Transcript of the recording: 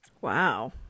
Wow